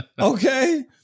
Okay